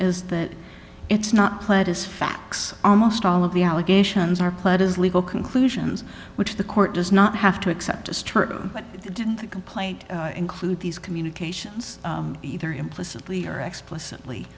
is that it's not pled it's facts almost all of the allegations are played as legal conclusions which the court does not have to accept as true but didn't the complaint include these communications either implicitly or explicitly